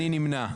אני נמנע.